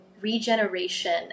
regeneration